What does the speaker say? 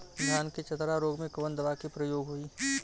धान के चतरा रोग में कवन दवा के प्रयोग होई?